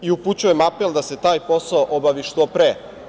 I, upućujem apel da se taj posao obavi što pre.